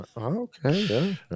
Okay